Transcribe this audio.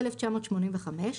1985,